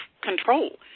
control